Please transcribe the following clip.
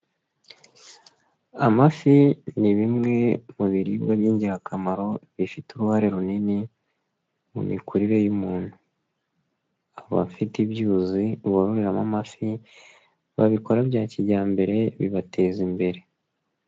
Amafi ni bimwe mu biribwa by'ingirakamaro bifite uruhare runini mu mikurire y'umuntu, abafite ibyuzi bororeramo amafi babikora bya kijyambere bibateza imbere.